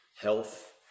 health